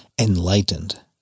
Enlightened